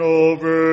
over